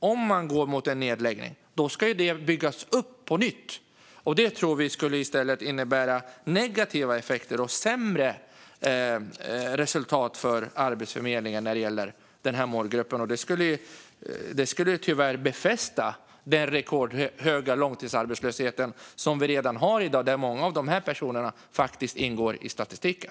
Om det sker en nedläggning ska allt detta byggas upp på nytt, och det tror vi skulle få negativa effekter och sämre resultat när det gäller arbetsförmedling för denna grupp. Det skulle också befästa den rekordhöga arbetslöshet som vi redan har och där många av dessa personer faktiskt ingår i statistiken.